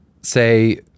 say